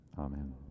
Amen